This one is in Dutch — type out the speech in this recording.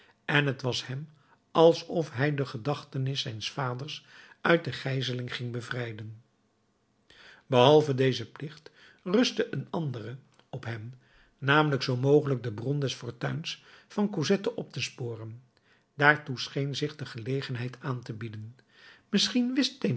en t was hem alsof hij de gedachtenis zijns vaders uit de gijzeling ging bevrijden behalve dezen plicht rustte een andere op hem namelijk zoo mogelijk de bron des fortuins van cosette op te sporen daartoe scheen zich de gelegenheid aan te bieden misschien wist